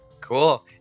cool